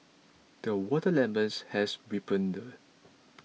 the watermelons has ripened